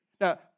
Now